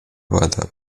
brother